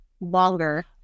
longer